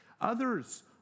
Others